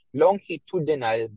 longitudinal